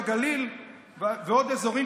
בגליל ועוד אזורים,